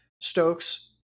Stokes